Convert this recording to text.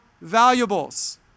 valuables